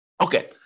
Okay